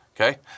okay